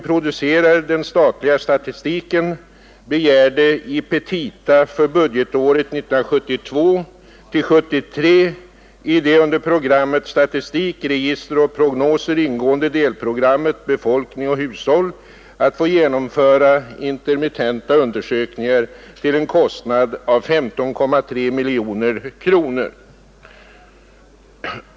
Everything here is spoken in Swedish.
programmet Statistik, register och prognoser ingående delprogrammet Befolkning och hushåll att få genomföra intermittenta undersökningar till en kostnad av 15,3 miljoner kronor.